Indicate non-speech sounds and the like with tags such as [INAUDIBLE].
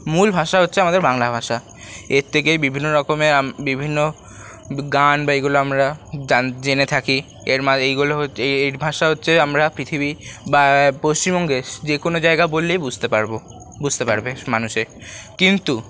মূল ভাষা হচ্ছে আমাদের বাংলা ভাষা এর থেকেই বিভিন্ন রকমের বিভিন্ন গান বা এইগুলো আমরা জেনে থাকি [UNINTELLIGIBLE] এইগুলো হচ্ছে এই ভাষা হচ্ছে আমরা পৃথিবী বা পশ্চিমবঙ্গের যে কোনো জায়গা বললেই বুঝতে পারবো বুঝতে পারবে মানুষে কিন্তু